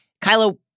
Kylo